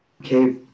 Okay